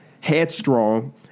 headstrong